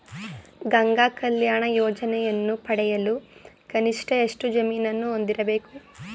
ಗಂಗಾ ಕಲ್ಯಾಣ ಯೋಜನೆಯನ್ನು ಪಡೆಯಲು ಕನಿಷ್ಠ ಎಷ್ಟು ಜಮೀನನ್ನು ಹೊಂದಿರಬೇಕು?